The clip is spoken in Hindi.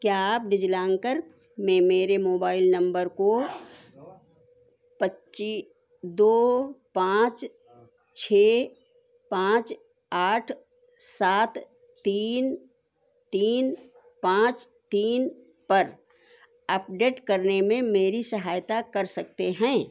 क्या आप डिज़िलॉकर में मेरे मोबाइल नम्बर को पच्ची दो पाँच छह पाँच आठ सात तीन तीन पाँच तीन पर अपडेट करने में मेरी सहायता कर सकते हैं